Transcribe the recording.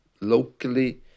locally